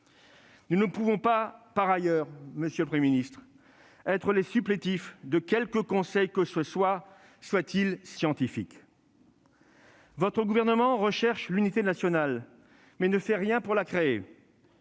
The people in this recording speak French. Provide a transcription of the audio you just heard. Nous ne pouvons pas, monsieur le Premier ministre, être les supplétifs de quelques conseils que ce soit, aussi scientifiques soient-ils. Votre gouvernement recherche l'unité nationale, mais ne fait rien pour la créer.